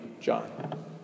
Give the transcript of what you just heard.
John